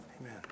Amen